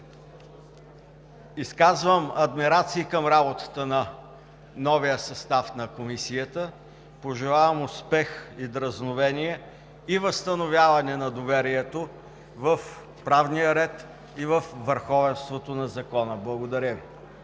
Изказвам адмирации към работата на новия състав на Комисията. Пожелавам успех и дръзновение, и възстановяване на доверието в правния ред и във върховенството на закона! Благодаря Ви.